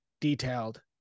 detailed